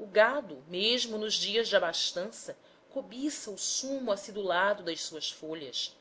o gado mesmo nos dias de abastança cobiça o sumo acidulado das suas folhas